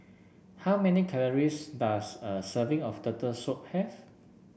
how many calories does a serving of Turtle Soup have